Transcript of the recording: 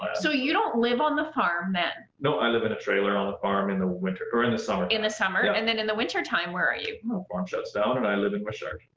so you don't live on the farm then? no, i live in a trailer on the farm in the winter, or in the summer. in the summer. and then in the winter time where are you? the barn shuts down and i live in wishart.